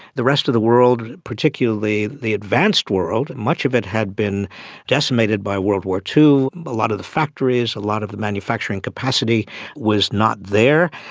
the rest of the world, particularly the advanced world, much of it had been decimated by world war ii, a lot of the factories, a lot of the manufacturing capacity was not there.